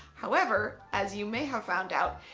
however, as you may have found out,